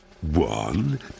One